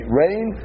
rain